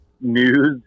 news